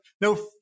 no